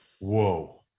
whoa